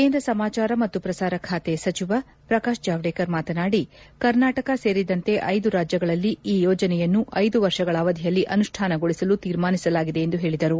ಕೇಂದ್ರ ಸಮಾಚಾರ ಮತ್ತು ಪ್ರಸಾರ ಖಾತೆ ಸಚಿವ ಪ್ರಕಾಶ್ ಜಾವಡೇಕರ್ ಮಾತನಾಡಿ ಕರ್ನಾಟಕ ಸೇರಿದಂತೆ ಐದು ರಾಜ್ಯಗಳಲ್ಲಿ ಈ ಯೋಜನೆಯನ್ನು ಐದು ವರ್ಷಗಳ ಅವಧಿಯಲ್ಲಿ ಅನುಷ್ಣಾನಗೊಳಿಸಲು ತೀರ್ಮಾನಿಸಲಾಗಿದೆ ಎಂದು ಹೇಳಿದರು